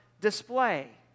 display